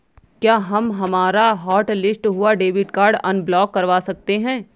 क्या हम हमारा हॉटलिस्ट हुआ डेबिट कार्ड अनब्लॉक करवा सकते हैं?